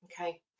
Okay